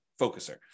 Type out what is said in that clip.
focuser